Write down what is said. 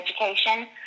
education